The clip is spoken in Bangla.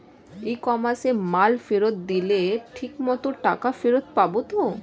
ই কমার্সে মাল ফেরত দিলে ঠিক মতো টাকা ফেরত পাব তো?